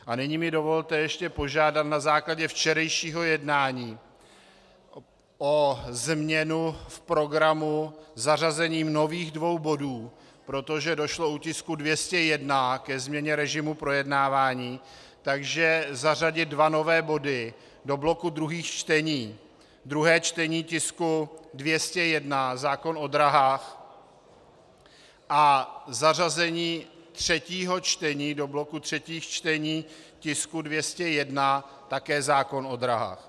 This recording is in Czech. A nyní mi dovolte ještě požádat na základě včerejšího jednání o změnu v pořadu zařazením nových dvou bodů, protože u tisku 201 došlo ke změně režimu projednávání, takže zařadit dva nové body do bloku druhých čtení druhé čtení tisku 201, zákon o dráhách, a zařazení třetího čtení do bloku třetích čtení tisku 201, také zákon o dráhách.